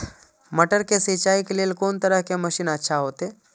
मटर के सिंचाई के लेल कोन तरह के मशीन अच्छा होते?